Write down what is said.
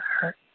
hurt